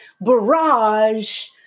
barrage